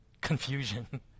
confusion